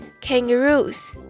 Kangaroos